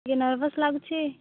ଟିକେ ନରଭସ୍ ଲାଗୁଛି